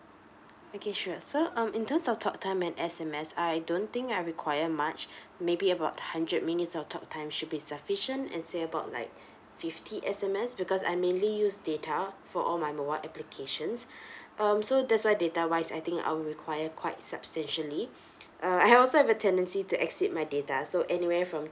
okay sure so um in terms of talk time and S_M_S I don't think I require much maybe about hundred minutes of talk time should be sufficient and say about like fifty S_M_S because I mainly use data for all my mobile applications um so that's why data wise I think I will require quite substantially err I also have a tendency to exceed my data so anywhere from